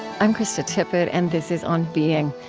i'm krista tippett and this is on being.